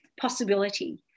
possibility